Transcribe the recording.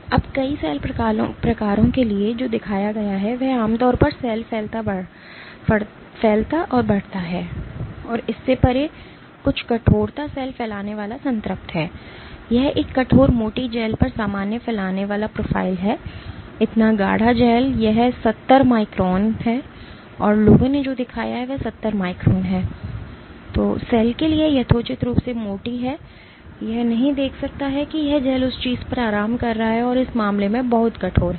अब कई सेल प्रकारों के लिए जो दिखाया गया है वह आम तौर पर सेल फैलता बढ़ता है और इससे परे कुछ कठोरता सेल फैलाने वाला संतृप्त है यह एक कठोर मोटी जेल पर सामान्य फैलाने वाला प्रोफाइल है इतना गाढ़ा जेल यह 70 माइक्रोन है और लोगों ने जो दिखाया है वह 70 माइक्रोन है सेल के लिए यथोचित रूप से मोटी है कि यह नहीं देख सकता है कि यह जेल उस चीज पर आराम कर रहा है जो इस मामले में बहुत कठोर है